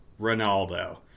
Ronaldo